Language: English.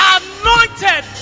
anointed